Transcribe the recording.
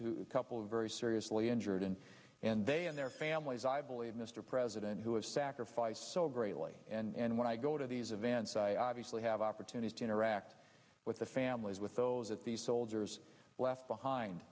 who couple of very seriously injured and they and their families i believe mr president who have sacrificed so greatly and when i go to these events i obviously have opportunities to interact with the families with those that these soldiers left behind